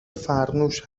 فرموش